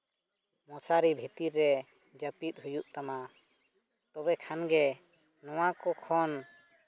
ᱢᱚᱥᱟᱨᱤ ᱵᱷᱤᱛᱤᱨ ᱨᱮ ᱡᱟᱹᱯᱤᱫ ᱦᱩᱭᱩᱜ ᱛᱟᱢᱟ ᱛᱚᱵᱮ ᱠᱷᱟᱱᱜᱮ ᱱᱚᱣᱟᱠᱚ ᱠᱷᱚᱱ